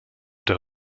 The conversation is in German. der